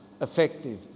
effective